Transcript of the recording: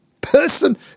person